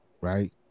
right